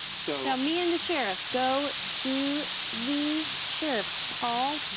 so. so me and the sheriff go to the sheriff's hall.